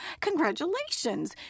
Congratulations